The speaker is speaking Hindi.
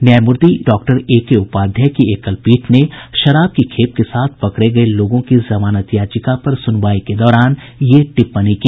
न्यायमूर्ति डॉक्टर एके उपाध्याय की एकल पीठ ने शराब की खेप के साथ पकड़े गये लोगों की जमानत याचिका पर सुनवाई के दौरान यह टिप्पणी की